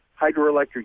hydroelectric